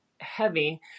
heavy